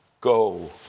Go